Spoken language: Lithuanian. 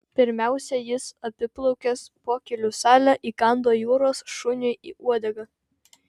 pirmiausia jis apiplaukęs pokylių salę įkando jūros šuniui į uodegą